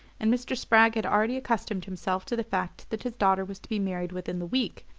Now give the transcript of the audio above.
and mr. spragg had already accustomed himself to the fact that his daughter was to be married within the week,